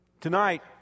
Tonight